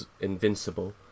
Invincible